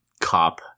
cop